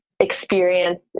experience